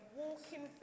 walking